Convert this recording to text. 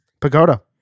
Pagoda